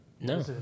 No